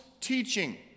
teaching